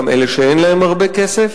גם אלה שאין להם הרבה כסף,